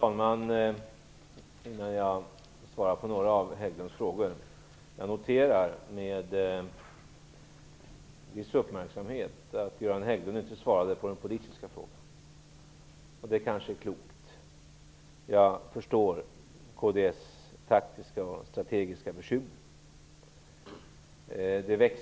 Fru talman! Innan jag svarar på några av Göran Hägglunds frågor noterar jag med viss uppmärksamhet att han inte svarade på de politiska frågorna. Det var kanske klokt - jag förstår Kristdemokraternas taktiska och strategiska förskjutning. Det är